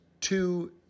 two